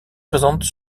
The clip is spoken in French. présente